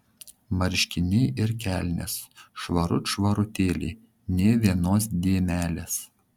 marškiniai ir kelnės švarut švarutėliai nė vienos dėmelės